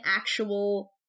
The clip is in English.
actual